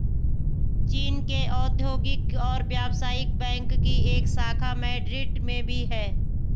चीन के औद्योगिक और व्यवसायिक बैंक की एक शाखा मैड्रिड में भी है